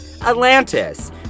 Atlantis